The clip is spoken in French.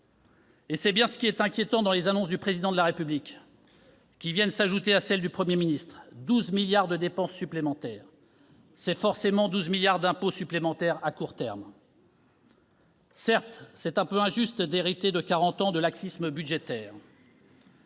C'est bien ce qui est inquiétant dans les annonces du Président de la République, qui viennent s'ajouter à celles du Premier ministre : 12 milliards d'euros de dépenses supplémentaires, ce sont forcément 12 milliards d'euros d'impôts supplémentaires à court terme. Certes, il est quelque peu injuste d'hériter de quarante années de laxisme budgétaire.